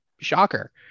shocker